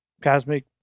cosmic